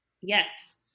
Yes